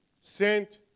Sent